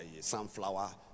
sunflower